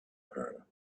her